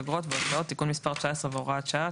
אגרות והוצאות (תיקון מס' 19 והוראת שעה),